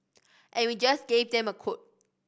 and we just gave them a quote